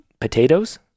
potatoes